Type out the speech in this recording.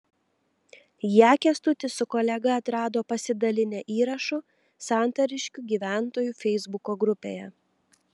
ją kęstutis su kolega atrado pasidalinę įrašu santariškių gyventojų feisbuko grupėje